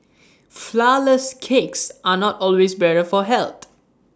Flourless Cakes are not always better for health